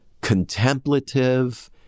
contemplative